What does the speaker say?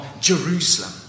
Jerusalem